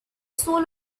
soul